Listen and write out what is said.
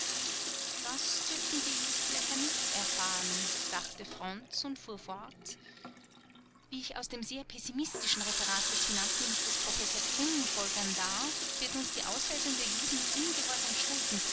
das dürften die judenblätter nicht erfahren dachte fronz und fuhr fort wie ich aus dem sehr pessimistischen referat des finanzministers professor trumm folgern darf wird uns die ausweisung der juden mit ungeheuren schulden